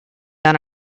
down